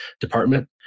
department